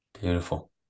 Beautiful